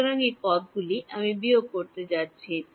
সুতরাং এই পদগুলি আমি বিয়োগ করতে যাচ্ছি